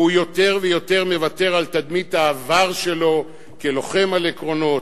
והוא יותר ויותר מוותר על תדמית העבר שלו כלוחם על עקרונות,